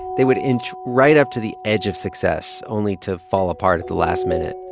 they would inch right up to the edge of success only to fall apart at the last minute,